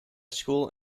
school